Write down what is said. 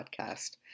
podcast